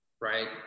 right